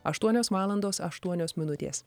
aštuonios valandos aštuonios minutės